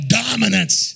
dominance